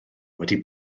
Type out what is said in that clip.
wedi